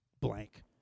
Blank